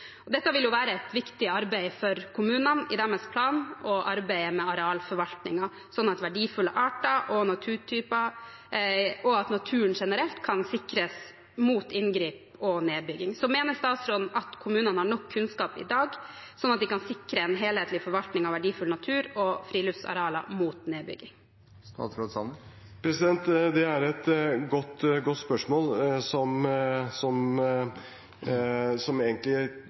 Dette vil være et viktig arbeid for kommunene i deres planer og i arbeidet med arealforvaltningen, slik at verdifulle arter, naturtyper og naturen generelt kan sikres mot inngrep og nedbygging. Mener statsråden at kommunene i dag har nok kunnskap til å sikre en helhetlig forvaltning av verdifull natur og friluftsarealer, mot nedbygging? Det er et godt spørsmål som